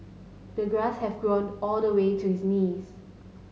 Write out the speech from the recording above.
the grass had grown all the way to his knees